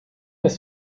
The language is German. ist